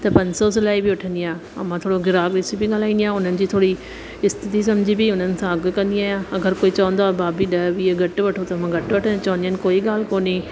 त पंज सौ सिलाई बि वठंदी आहे ऐं मां थोरो ग्राहक ॾिसी बि ॻाल्हाइंदी आहियां हुननि जी थोरी स्थिति सम्झी बि हुननि सां अघु कंदी आहियां अगरि कोई चवंदो आहे भाभी ॾह वीह घटि वठो त मां घटि वठंदी आहियां चवंदी आहियां कोई ॻाल्ह कोन्हे